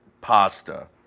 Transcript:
pasta